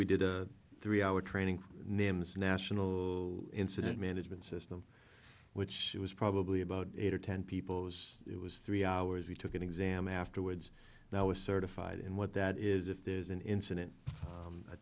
we did a three hour training names national incident management system which was probably about eight or ten people it was it was three hours we took an exam afterwards that was certified and what that is if there's an incident